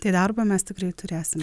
tai darbo mes tikrai turėsim